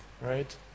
right